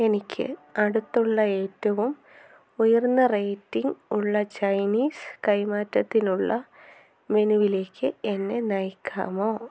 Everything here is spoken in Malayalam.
എനിക്ക് അടുത്തുള്ള ഏറ്റവും ഉയർന്ന റേറ്റിംഗ് ഉള്ള ചൈനീസ് കൈമാറ്റത്തിനുള്ള മെനുവിലേക്ക് എന്നെ നയിക്കാമോ